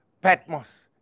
Patmos